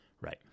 Right